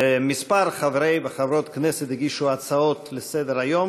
כמה מחברי וחברות הכנסת הגישו הצעות לסדר-היום,